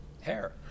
hair